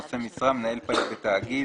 "נושא משרה" מנהל פעיל בתאגיד,